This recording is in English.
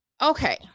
okay